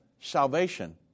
salvation